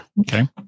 Okay